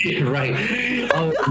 right